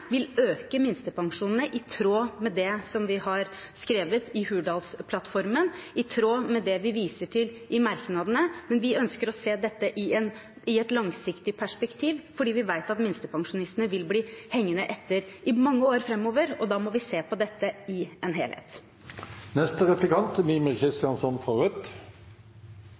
tråd med det som vi har skrevet i Hurdalsplattformen, i tråd med det vi viser til i merknadene. Men vi ønsker å se dette i et langsiktig perspektiv, for vi vet at minstepensjonistene vil bli hengende etter i mange år framover. Da må vi se på dette i en